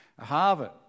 Harvard